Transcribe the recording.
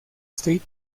street